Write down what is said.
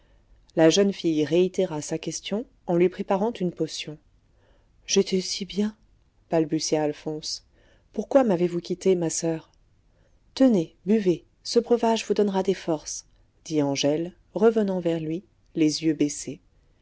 la jeune fille réitéra sa question en lui préparant une potion j'étais si bien balbutia alphonse pourquoi m'avez-vous quitté ma soeur tenez buvez ce breuvage vous donnera des forces dit angèle revenant vers lui les yeux baissés